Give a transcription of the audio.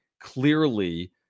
clearly